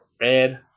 red